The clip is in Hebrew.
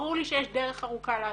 ברור לי שיש דרך ארוכה לעשות,